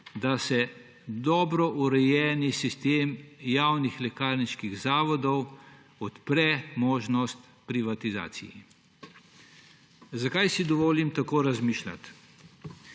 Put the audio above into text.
da se dobro urejeni sistem javnih lekarniških zavodov odpre možnosti privatizacije. Zakaj si dovolim tako razmišljati?